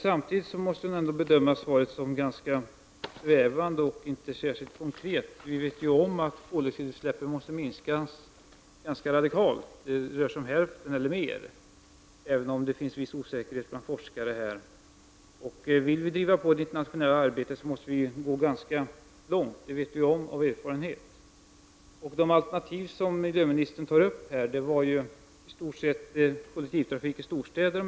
Samtidigt måste man emellertid bedöma svaret som ganska svävande och inte särskilt konkret. Vi vet ju att koldioxidutsläppen måste minskas ganska radikalt, med hälften eller mer, även om det finns en viss osäkerhet bland forskare. Vill man driva på det internationella arbetet, måste man gå ganska långt. Det vet vi av erfarenhet. Miljöministerns alternativ var, om jag förstod det hela rätt, kollektivtrafik i storstäder.